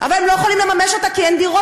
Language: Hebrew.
אבל הם לא יכולים לממש אותה כי אין דירות,